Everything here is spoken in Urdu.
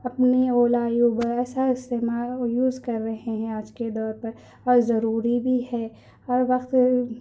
اپنی اولا اوبر ایسا استعمال یوز کر رہے ہیں آج کے دور پر اور ضروری بھی ہے اور وقت